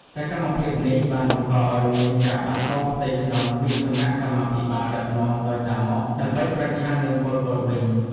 សកម្មភាពនេះបានបង្កឱ្យមានការបះបោរផ្ទៃក្នុងពីសំណាក់កម្មាភិបាលដឹកនាំដោយ តាម៉ុក ដើម្បីប្រឆាំងនឹងប៉ុល ពត វិញ។